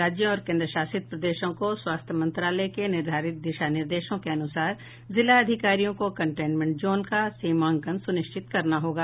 राज्यों और केंद्रशासित प्रदेशों को स्वास्थ्य मंत्रालय के निर्धारित दिशा निर्देशों के अनुसार जिला अधिकारियों को कंटेनमेंट जोन का सीमांकन सुनिश्चित करना होगा